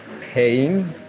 pain